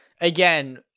again